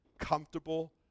Comfortable